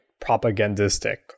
propagandistic